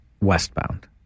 westbound